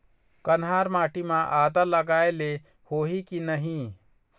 कन्हार माटी म आदा लगाए ले होही की नहीं?